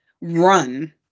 run